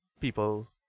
people